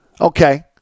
Okay